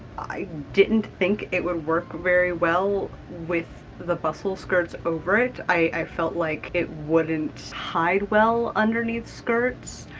i didn't think it would work very well with the bustle skirts over it. i felt like it wouldn't hide well underneath skirts,